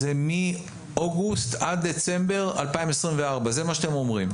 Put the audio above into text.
זה מאוגוסט עד דצמבר 2024. זה מה שאתם אומרים.